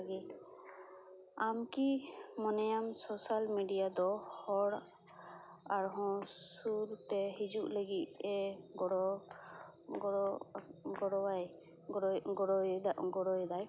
ᱟᱢᱠᱤ ᱢᱚᱱᱮᱭᱟᱢ social media ᱫᱚ ᱦᱚᱲ ᱟᱨᱦᱚᱸ ᱥᱩᱨᱛᱮ ᱦᱤᱡᱩᱜ ᱞᱟᱹᱜᱤᱫ ᱮ ᱜᱚᱲᱚ ᱜᱚᱲᱚ ᱜᱚᱲᱚᱼᱟᱭ ᱜᱚᱲᱚᱭ ᱜᱚᱲᱚᱭ ᱜᱚᱲᱚᱭᱮᱫᱟᱭ